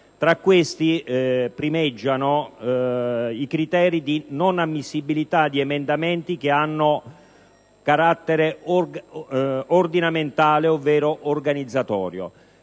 Tra questi, primeggiano i criteri di non ammissibilità di emendamenti che abbiano carattere ordinamentale ovvero organizzatorio.